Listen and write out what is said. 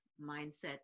mindset